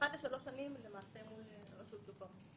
ואחת לשלוש שנים מול רשות שוק ההון.